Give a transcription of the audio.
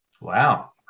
Wow